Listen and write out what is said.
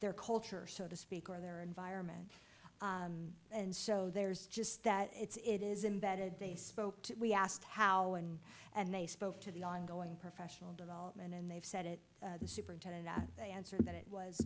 their culture so to speak or their environment and so there's just that it's it is embedded they spoke we asked how and and they spoke to the ongoing professional development and they've said it the superintendent that they answered that it was